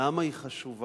למה היא חשובה.